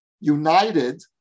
united